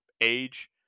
age